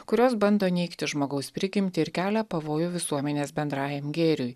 kurios bando neigti žmogaus prigimtį ir kelia pavojų visuomenės bendrajam gėriui